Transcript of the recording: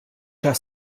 għas